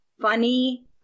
funny